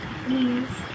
please